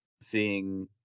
seeing